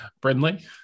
Brindley